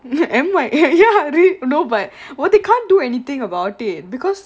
M Y ya rea~ no but what they can't do anything about it because